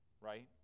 right